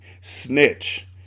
Snitch